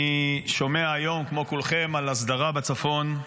אני שומע היום, כמו כולכם, על הסדרה בצפון.